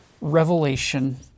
revelation